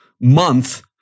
month